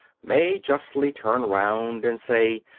may justly turn round and say,